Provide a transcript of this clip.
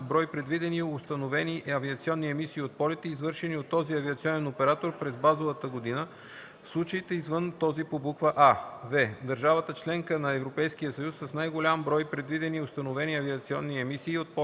брой предвидени установени авиационни емисии от полети, извършени от този авиационен оператор през базовата година – в случаите, извън този по буква „а”; в) държавата – членка на Европейския съюз, с най-голям брой предвидени и установени авиационни емисии от полети,